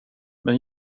men